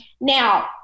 Now